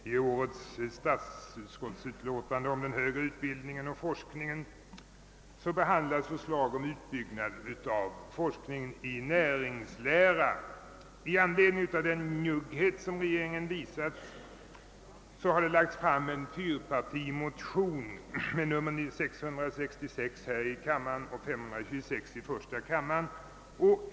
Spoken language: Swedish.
Herr talman! I årets utlåtande från statsutskottet om den högre utbildningen och forskningen behandlas förslag om utbyggnad av forskningen i näringslära. Med anledning av den njugghet som regeringen visat har en fyrpartimotion — II: 666 och I1:596 — lagts fram.